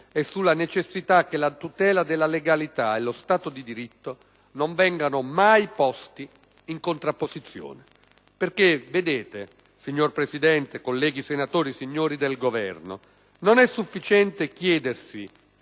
e sulla necessità che la tutela della legalità e lo Stato di diritto non vengano mai posti in contrapposizione. Signor Presidente, colleghi senatori, signori del Governo, non è infatti sufficiente chiedersi